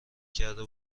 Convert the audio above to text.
کرده